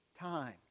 time